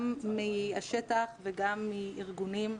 גם מהשטח וגם מארגונים.